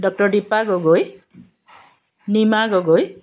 doctor Dipa Gogoi Nima Gogoi